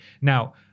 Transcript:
now